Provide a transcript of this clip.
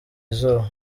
izuba